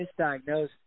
misdiagnosed